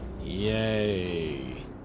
Yay